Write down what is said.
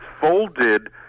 folded